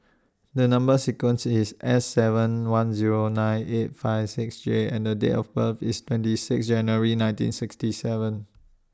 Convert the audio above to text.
The Number sequence IS S seven one Zero nine eight five six J and The Date of birth IS twenty six January nineteen thirty seven